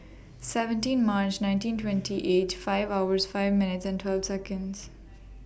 seventeen March nineteen twenty eight five hours five minutes and twelve Seconds